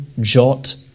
jot